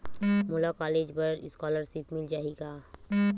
मोला कॉलेज बर स्कालर्शिप मिल जाही का?